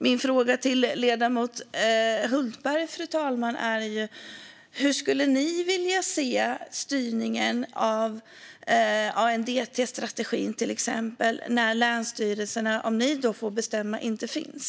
Min fråga till ledamoten Hultberg är: Hur skulle ni vilja se styrningen av ANDTS-strategin, till exempel, om ni får bestämma och länsstyrelserna då inte finns?